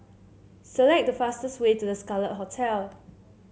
select the fastest way to The Scarlet Hotel